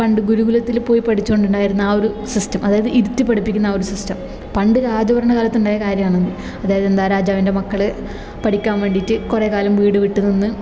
പണ്ട് ഗുരുകുലത്തില് പോയി പഠിച്ചു കൊണ്ടുണ്ടായിരുന്ന ആ ഒരു സിസ്റ്റം അതായത് ഇരുത്തി പഠിപ്പിക്കുന്ന ആ ഒരു സിസ്റ്റം പണ്ട് രാജഭരണ കാലത്ത് ഉണ്ടായ കാര്യമാന്ന് അതായതെന്താ രാജാവിൻ്റെ മക്കള് പഠിക്കാൻ വേണ്ടിയിട്ട് കുറേ കാലം വീട് വിട്ട് നിന്ന്